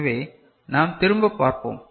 எனவே நாம் திரும்ப பார்ப்போம்